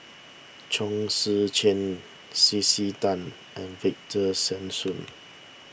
Chong Tze Chien C C Tan and Victor Sassoon